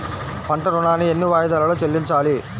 పంట ఋణాన్ని ఎన్ని వాయిదాలలో చెల్లించాలి?